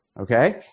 Okay